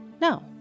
No